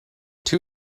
two